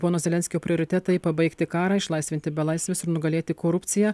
pono zelenskio prioritetai pabaigti karą išlaisvinti belaisvius ir nugalėti korupciją